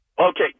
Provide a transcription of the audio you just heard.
Okay